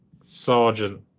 Sergeant